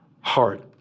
heart